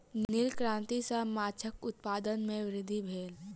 नील क्रांति सॅ माछक उत्पादन में वृद्धि भेल